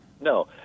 No